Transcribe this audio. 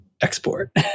export